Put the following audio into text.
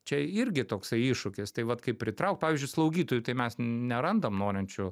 čia irgi toksai iššūkis tai vat kaip pritraukt pavyzdžiui slaugytojų tai mes nerandam norinčių